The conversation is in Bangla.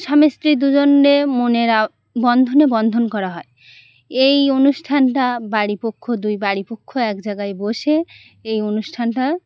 স্বামী স্ত্রী দুজনের মনের বন্ধনে বন্ধন করা হয় এই অনুষ্ঠানটা বাড়িপক্ষ দুই বাড়ি পক্ষ এক জায়গায় বসে এই অনুষ্ঠানটা